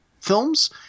films